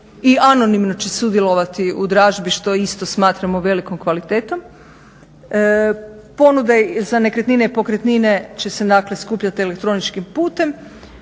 i anonimno će sudjelovati u dražbi što isto smatramo velikom kvalitetom. Ponude za nekretnine i pokretnine će se dakle skupljat elektroničkim putem.